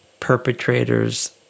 perpetrators